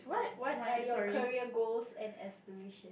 what are your career goals and aspiration